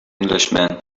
englishman